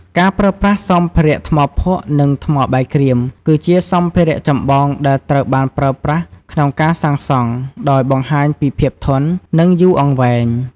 ការប្រើប្រាស់សម្ភារៈ ថ្មភក់ និងថ្មបាយក្រៀម គឺជាសម្ភារៈចម្បងដែលត្រូវបានប្រើប្រាស់ក្នុងការសាងសង់ ដោយបង្ហាញពីភាពធន់ និងយូរអង្វែង។